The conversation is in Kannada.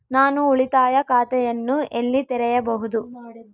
ನಾನು ಉಳಿತಾಯ ಖಾತೆಯನ್ನು ಎಲ್ಲಿ ತೆರೆಯಬಹುದು?